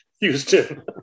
Houston